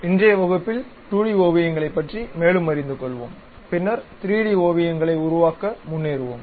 இன்றைய வகுப்பில் 2 டி ஓவியங்களைப் பற்றி மேலும் அறிந்துகொள்வோம் பின்னர் 3D ஓவியங்களை உருவாக்க முன்னேறுவோம்